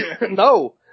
No